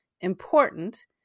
important